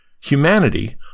Humanity